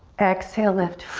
exhale, lift.